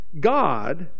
God